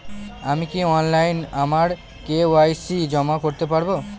আমি কি অনলাইন আমার কে.ওয়াই.সি জমা করতে পারব?